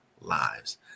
lives